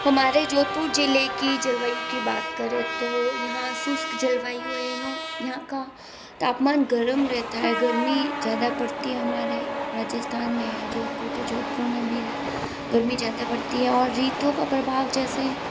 हमारे जोधपुर ज़िले की जलवायु की बात करें तो यहाँ शुष्क जलवायु हैं यहाँ का तापमान गर्म रहता हैं गर्मी ज़्यादा पड़ती है हमारे राजस्थान में हैं जोधपुर तो जोधपुर में भी गर्मी ज़्यादा पड़ती हैं और ऋतुओं का प्रभाव जैसे